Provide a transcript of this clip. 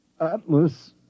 Atlas